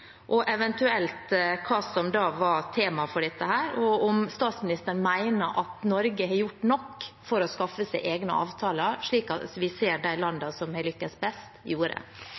eventuelt hva som var tema for dette, og om statsministeren mener Norge har gjort nok for å skaffe seg egne avtaler, slik vi ser de landene som har lyktes best, gjorde.